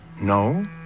No